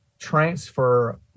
transfer